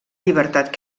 llibertat